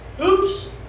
oops